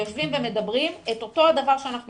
יושבים ומדברים את אותו הדבר שאנחנו